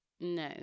No